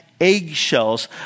eggshells